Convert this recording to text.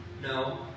No